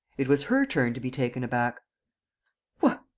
it was her turn to be taken aback what!